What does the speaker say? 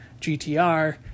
GTR